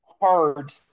hard